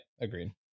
agreed